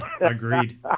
Agreed